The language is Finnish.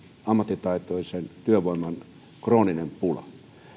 ammattitaitoisen työvoiman krooninen pula